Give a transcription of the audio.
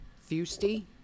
Fusty